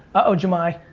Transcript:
oh, jamai.